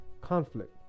conflict